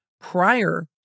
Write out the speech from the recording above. prior